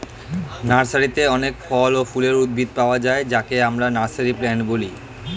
নার্সারিতে অনেক ফল ও ফুলের উদ্ভিদ পাওয়া যায় যাকে আমরা নার্সারি প্লান্ট বলি